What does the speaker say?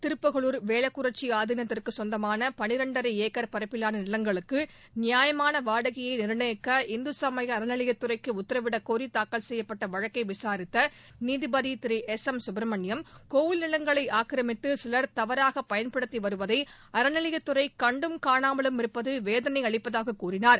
திருப்புகளூர் வேலக்குறிச்சி ஆதினத்திற்கு சொந்தமான பன்னிரண்டரை ஏக்கர் பரப்பிலான நிலங்களுக்கு நியாயமான வாடகையை நிர்ணயிக்க இந்து சமய அறநிலையத்துறைக்கு உத்தரவிடக் கோரி தாக்கல் செய்யப்பட்ட வழக்கை விசாரித்த நீதிபதி திரு எஸ் எம் சுப்பிரமணியம் கோவில் நிவங்களை ஆக்கிரமித்து சிலர் தவறாக பயன்படுத்தி வருவதை அறநிலையத்துறை கண்டும் காணாமலும் இருப்பது வேதனை அளிப்பதாகக் கூறினார்